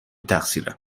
تقصیرم